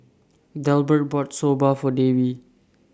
Delbert bought Soba For Davey